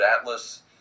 atlas